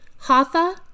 Hatha